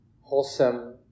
wholesome